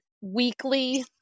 weekly